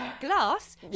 Glass